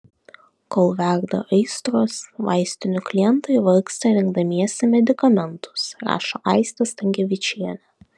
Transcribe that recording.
kol verda aistros vaistinių klientai vargsta rinkdamiesi medikamentus rašo aistė stankevičienė